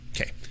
okay